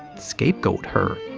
scapegoat her.